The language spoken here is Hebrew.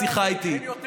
בשיחה איתי.